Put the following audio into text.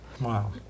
Wow